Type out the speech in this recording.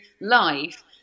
life